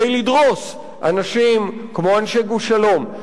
כדי לדרוס אנשים כמו אנשי "גוש שלום".